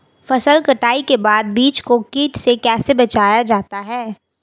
फसल कटाई के बाद बीज को कीट से कैसे बचाया जाता है?